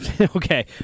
okay